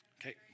Okay